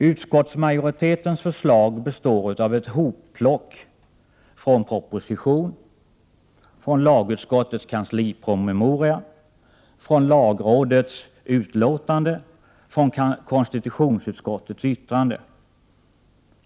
Utskottsmajoritetens förslag utgör ett ”hopplock” från proposition, från lagutskottets kanslipromemoria, från lagrådets utlåtande och från konstitutionsutskottets yttrande.